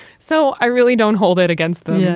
so i really don't hold it against them. yeah